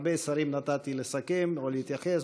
להרבה שרים נתתי לסכם או להתייחס.